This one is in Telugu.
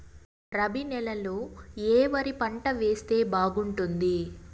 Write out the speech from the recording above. రబి నెలలో ఏ వరి పంట వేస్తే బాగుంటుంది